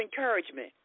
encouragement